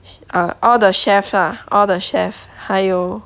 err all the chefs ah all the chef 还有